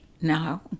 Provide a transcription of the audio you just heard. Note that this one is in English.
now